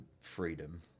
freedom